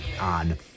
on